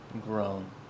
grown